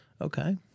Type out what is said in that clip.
Okay